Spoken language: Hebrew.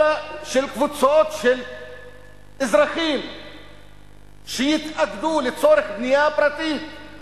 אלא לרשות קבוצות של אזרחים שיתאגדו לצורך בנייה פרטית?